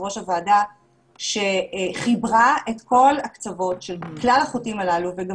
ראש הוועדה שחיברה את כל הקצוות של כלל החוטים הללו וגם